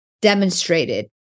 demonstrated